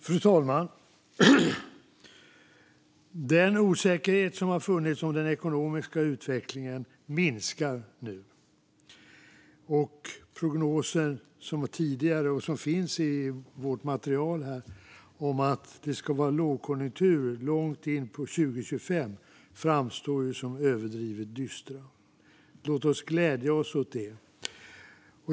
Fru talman! Den osäkerhet som har funnits om den ekonomiska utvecklingen minskar nu. Den tidigare prognosen som framgår i materialet om att det ska vara lågkonjunktur långt in på 2025 framstår som överdrivet dyster. Låt oss glädja oss åt det.